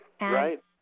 right